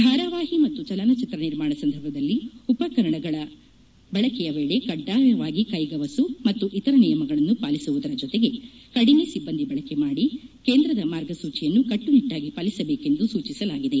ಧಾರಾವಾಹಿ ಮತ್ತು ಚಲನಚಿತ್ರ ನಿರ್ಮಾಣ ಸಂದರ್ಭದಲ್ಲಿ ಉಪಕರಣಗಳ ಬಳಕೆ ವೇಳೆ ಕಡ್ಡಾಯವಾಗಿ ಕೈಗವಸು ಮತ್ತು ಇತರ ನಿಯಮಗಳನ್ನು ಪಾಲಿಸುವದರ ಜೊತೆಗೆ ಕಡಿಮೆ ಸಿಬ್ಬಂದಿ ಬಳಕೆ ಮಾಡಿ ಕೇಂದ್ರದ ಮಾರ್ಗಸೂಚಿಯನ್ನು ಕಟ್ಟುನಿಟ್ಟಾಗಿ ಪಾಲಿಸಬೇಕೆಂದು ಸೂಚಿಸಲಾಗಿದೆ